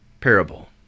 parable